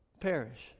perish